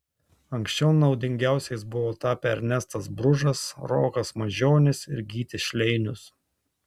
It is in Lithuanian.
anksčiau naudingiausiais buvo tapę ernestas bružas rokas mažionis ir gytis šleinius